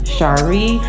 Shari